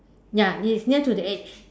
ya it is near to the edge